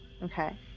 okay